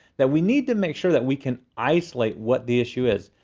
that we need to make sure that we can isolate what the issue is.